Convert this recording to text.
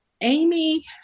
Amy